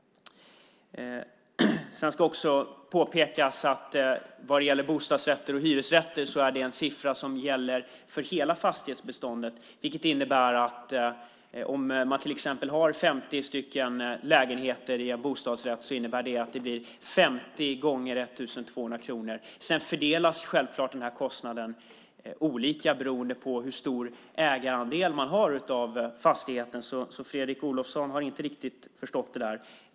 Sedan ska också påpekas att vad gäller bostadsrätter och hyresrätter är det en siffra som gäller för hela fastighetsbeståndet. Det innebär att om det till exempel finns 50 lägenheter i en bostadsrättsförening blir det 50 gånger 1 200 kronor. Sedan fördelas kostnaden självklart olika beroende på ägarandelarna i fastigheten. Fredrik Olovsson har inte riktigt förstått det där.